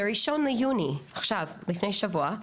ב-1 ביוני 2023 לפני שבוע,